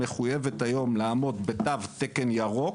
מחויבת היום לעמוד בתו תקן ירוק.